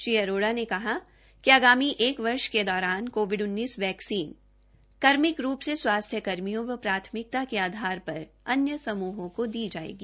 श्री अरोड़ा ने कहा कि एक वर्ष के दौरान कोविड वैक्सीन क्रमिक रू से स्वास्थ्य कर्मियों एवं प्राथमिकता के आधार र अन्य समूहो को दी जायेगी